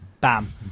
Bam